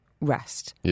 rest